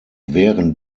während